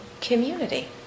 community